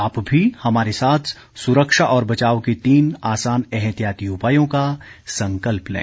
आप भी हमारे साथ सुरक्षा और बचाव के तीन आसान एहतियाती उपायों का संकल्प लें